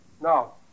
No